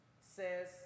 says